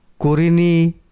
Kurini